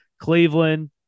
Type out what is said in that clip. Cleveland